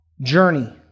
journey